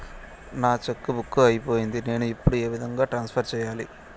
నా cheque book అయిపోయింది నేను ఇప్పుడు ఏ విధంగా ట్రాన్స్ఫర్ సేయాలి?